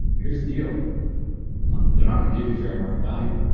here's deal one they're not gonna give you fair market value.